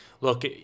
look